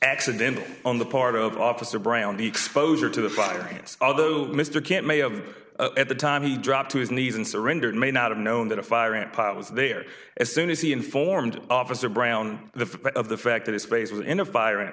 accidental on the part of officer brown the exposure to the fire although mr kant may of at the time he dropped to his knees and surrendered may not have known that a fire ant pile was there as soon as he informed officer brown the fact of the fact that his space was in a fire and